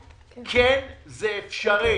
כן, זה אפשרי.